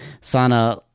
Sana